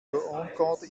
concorde